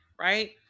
Right